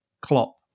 Klopp